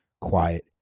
quiet